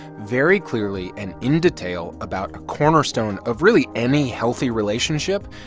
very clearly and in detail about a cornerstone of, really, any healthy relationship,